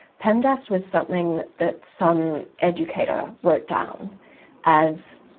pemdas was something that some educator wrote down as.